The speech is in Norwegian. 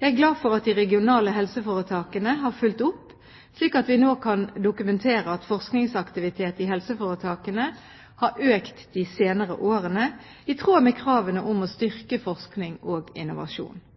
Jeg er glad for at de regionale helseforetakene har fulgt opp, slik at vi nå kan dokumentere at forskningsaktiviteten i helseforetakene har økt de senere årene, i tråd med kravene om å styrke forskning og innovasjon.